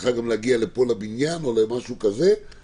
שצריכה להגיע לפה לבניין, או שלא?